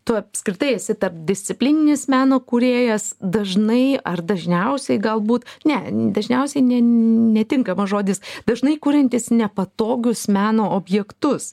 tu apskritai esi tarpdisciplininis meno kūrėjas dažnai ar dažniausiai galbūt ne dažniausiai ne netinkamas žodis dažnai kuriantis nepatogius meno objektus